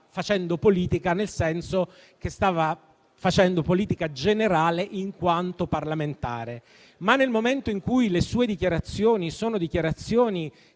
facendo politica, nel senso che stava facendo politica generale in quanto parlamentare. Tuttavia, nel momento in cui le sue dichiarazioni sono strettamente